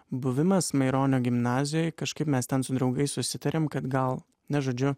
buvimas maironio gimnazijoj kažkaip mes ten su draugais susitarėm kad gal ne žodžiu